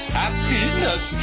happiness